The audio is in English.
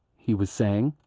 he was saying.